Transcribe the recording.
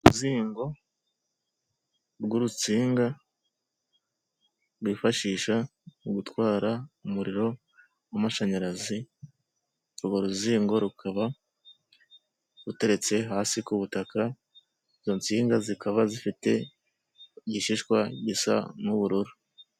Uruzingo rw' urutsinga rwifashisha mu gutwara umuriro w' amashanyarazi. Urwo ruzingo rukaba ruteretse hasi ku butaka; izo nsinga zikaba zifite igishishwa gisa n' ubururu.